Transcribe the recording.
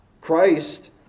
Christ